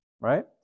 right